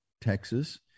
Texas